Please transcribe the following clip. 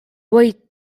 way